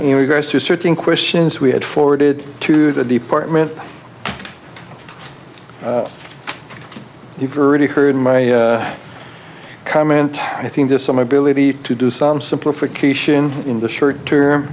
in regards to certain questions we had forwarded to the department you verde heard my comment i think there's some ability to do some simplification in the short term